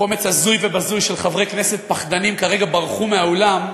קומץ הזוי ובזוי של חברי כנסת פחדנים ברחו כרגע מהאולם,